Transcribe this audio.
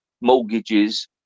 mortgages